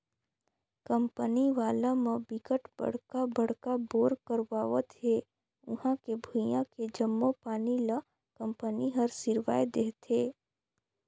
company वाला म बिकट बड़का बड़का बोर करवावत हे उहां के भुइयां के जम्मो पानी ल कंपनी हर सिरवाए देहथे